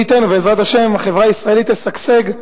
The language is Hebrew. מי ייתן ובעזרת השם, החברה הישראלית תשגשג,